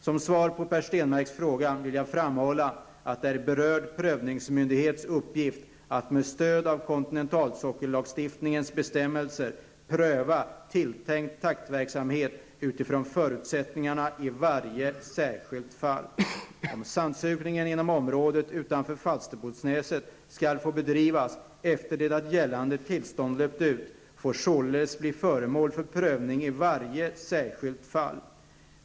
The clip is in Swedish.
Som svar på Per Stenmarcks fråga vill jag framhålla att det är berörd prövningsmyndighets uppgift att med stöd av kontinentalsockellagstiftningens bestämmelser pröva tilltänkt täktverksamhet utifrån förutsättningarna i varje särskilt fall. Om sandsugningen inom området utanför Falsterbonäset skall få bedrivas efter det att gällande tillstånd löpt ut, får således bli föremål för prövning i varje särskilt fall.